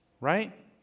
right